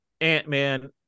Ant-Man